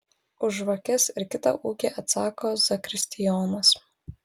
už žvakes ir kitą ūkį atsako zakristijonas